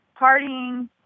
partying